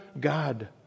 God